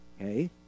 Okay